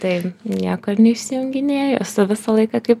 tai nieko ir neišsijunginėju esu visą laiką kaip